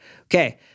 Okay